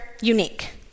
unique